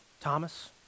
Thomas